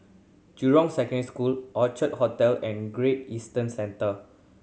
Jurong Secondary School Orchard Hotel and Great Eastern Centre